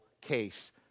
case